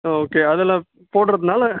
ஆ okay அதெல்லாம் போடுறதுனால